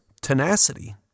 tenacity